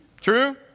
True